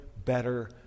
Better